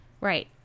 Right